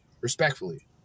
Respectfully